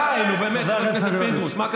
די, נו, באמת, חבר הכנסת פינדרוס, מה קרה?